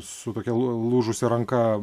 su tokia lu lūžusia ranka